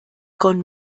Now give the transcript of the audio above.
con